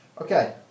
Okay